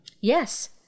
Yes